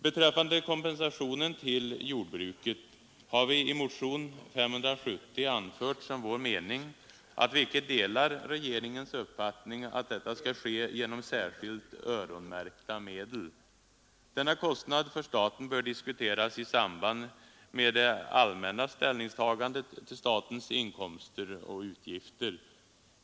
Beträffande kompensationen till jordbruket har vi i motionen 570 anfört som vår mening att vi icke delar regeringens uppfattning att detta skall ske genom särskilt ”öronmärkta” medel. Denna kostnad för staten bör diskuteras i samband med det allmänna ställningstagandet till statens inkomster och utgifter.